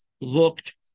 looked